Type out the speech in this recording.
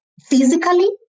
physically